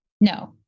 No